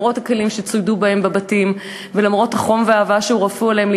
למרות שצוידו בכלים במקלטים ולמרות החום ואהבה שהורעפו שם עליהן,